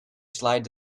slide